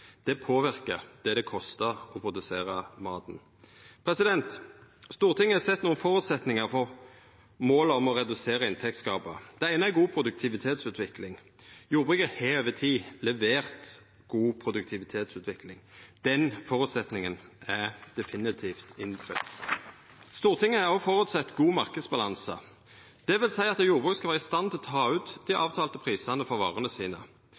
Det påverkar det det kostar å produsera maten. Stortinget har sett nokre føresetnader for målet om å redusera inntektsgapet. Den eine er god produktivitetsutvikling. Jordbruket har over tid levert god produktivitetsutvikling, den føresetnaden er definitivt innfridd. Stortinget har òg føresett god marknadsbalanse. Det vil seia at jordbruket skal vera i stand til å ta ut dei avtalte prisane for varene sine.